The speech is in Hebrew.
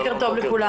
בוקר טוב לכולם.